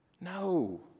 No